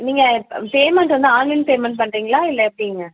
நீங்கள் பேமெண்ட் வந்து online payment பண்ணுறீங்களா இல்லை எப்படிங்க